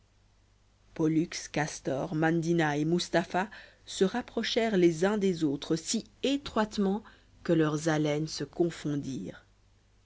pollux castor mandina et mustapha se rapprochèrent les uns des autres si étroitement que leurs haleines se confondirent